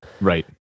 Right